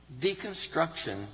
Deconstruction